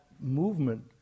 movement